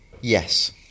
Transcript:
Yes